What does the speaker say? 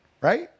right